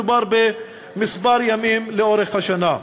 מדובר בכמה ימים לאורך השנה.